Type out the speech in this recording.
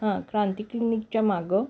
हां क्रांती क्लिनिकच्या मागं